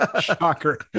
shocker